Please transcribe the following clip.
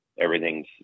everything's